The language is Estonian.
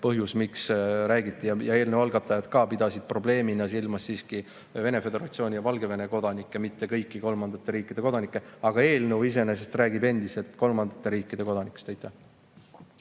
põhjus, miks sellest räägiti. Ka eelnõu algatajad pidasid probleemina silmas siiski Venemaa Föderatsiooni ja Valgevene kodanikke, mitte kõikide kolmandate riikide kodanikke. Aga eelnõu iseenesest räägib endiselt kolmandate riikide kodanikest.